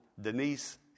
Denise